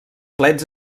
plets